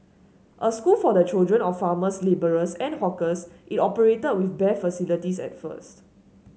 a school for the children of farmers labourers and hawkers it operated with bare facilities at first